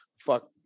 Fuck